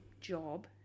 job